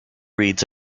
reeds